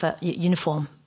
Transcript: uniform